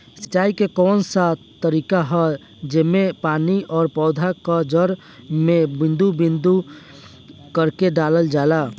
सिंचाई क कउन सा तरीका ह जेम्मे पानी और पौधा क जड़ में बूंद बूंद करके डालल जाला?